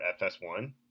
FS1